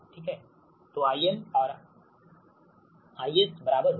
तो I IS होगा